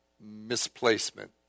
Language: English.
misplacement